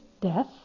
death